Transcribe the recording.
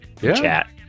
chat